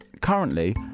currently